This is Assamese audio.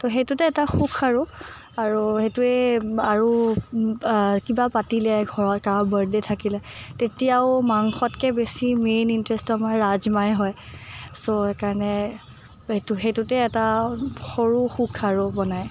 ত' সেইটোতে এটা সুখ আৰু আৰু সেইটোৱে আৰু কিবা পাতিলে ঘৰত কাৰোবাৰ বাৰ্থডে' থাকিলে তেতিয়াও মাংসতকৈ বেছি মেইন ইণ্টাৰেষ্টটো আমাৰ ৰাজমাই হয় ছ' সেইকাৰণে সেইটোতে এটা সৰু সুখ আৰু বনাই